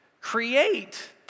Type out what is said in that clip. create